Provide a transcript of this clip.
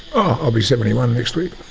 i'll be seventy one next week,